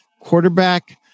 quarterback